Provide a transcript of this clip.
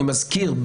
אני מזכיר,